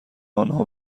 آنها